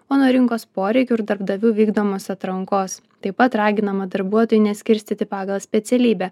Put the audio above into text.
o nuo rinkos poreikių ir darbdavių vykdomos atrankos taip pat raginama darbuotojų neskirstyti pagal specialybę